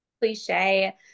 cliche